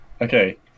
Okay